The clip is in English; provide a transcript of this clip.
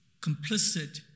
complicit